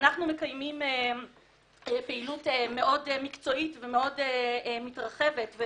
אנחנו מקיימים פעילות מקצועית מאוד מתרחבת,